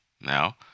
now